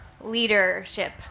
leadership